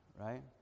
right